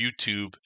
youtube